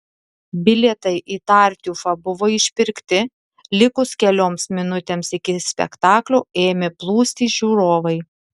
bilietai į tartiufą buvo išpirkti likus kelioms minutėms iki spektaklio ėmė plūsti žiūrovai